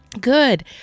Good